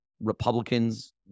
Republicans